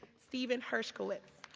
steven hershkowitz.